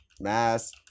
Mass